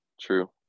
true